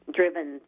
driven